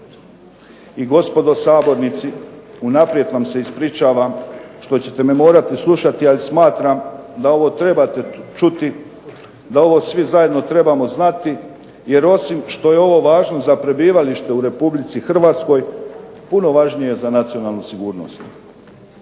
I gospodo sabornici, unaprijed vam se ispričavam što ćete me morati slušati, ali smatram da ovo trebate čuti, da ovo svi zajedno trebamo znati jer osim što je ovo važno za prebivalište u Republici Hrvatskoj, puno važnije je za nacionalnu sigurnost.